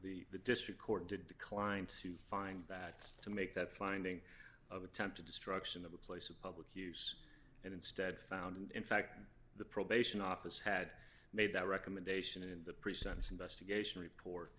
the district court did decline to find that to make that finding of attempt to destruction of a place of public use and instead found and in fact the probation office had made that recommendation in the pre sentence investigation report